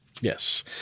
Yes